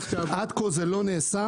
עד כה זה לא נעשה.